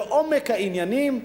לעומק העניינים,